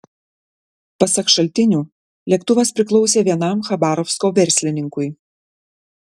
pasak šaltinių lėktuvas priklausė vienam chabarovsko verslininkui